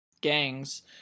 gangs